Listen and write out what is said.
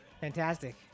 Fantastic